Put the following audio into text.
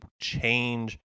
change